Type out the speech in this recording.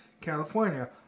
California